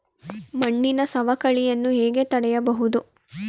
ಮಣ್ಣಿನ ಸವಕಳಿಯನ್ನು ಹೇಗೆ ತಡೆಯಬಹುದು?